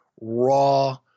raw